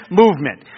movement